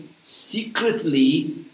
secretly